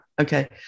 Okay